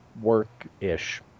work-ish